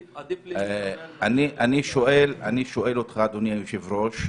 עדיף --- אני שואל אותך, אדוני היושב-ראש,